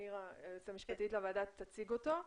שהיועצת המשפטית תציג אותו.